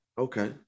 Okay